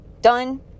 Done